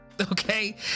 okay